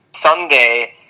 Sunday